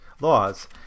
laws